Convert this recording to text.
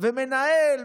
ומנהל,